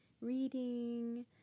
reading